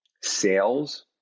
Sales